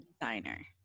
designer